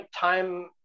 time